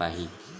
पाही